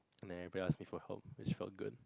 and everyone asks my for help which was good